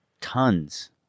Tons